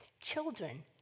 Children